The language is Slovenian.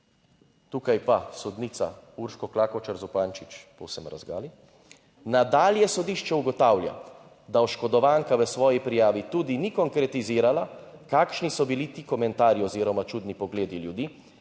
tukaj pa sodnica Urško Klakočar Zupančič povsem razgali. "Nadalje sodišče ugotavlja, da oškodovanka v svoji prijavi tudi ni konkretizirala, kakšni so bili ti komentarji oziroma čudni pogledi ljudi,